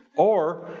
or